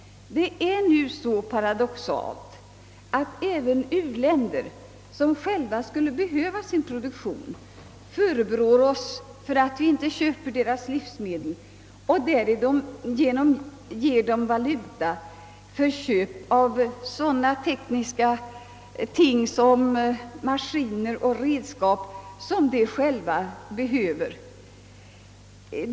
Det är nu så paradoxalt, att även u-länder som själva skulle behöva sin produktion förebrår oss för att vi inte köper deras livsmedel och därigenom ger dem valuta för köp av sådana tekniska ting som maskiner och redskap.